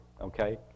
okay